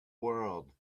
world